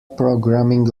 programming